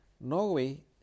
Norway